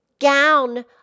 gown